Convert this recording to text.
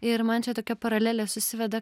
ir man čia tokia paralelė susiveda